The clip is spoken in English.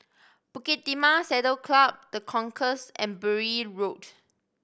Bukit Timah Saddle Club The Concourse and Bury Road